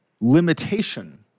limitation